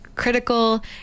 critical